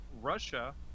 Russia